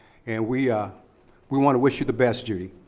and we ah we wanna wish you the best, judy.